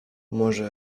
może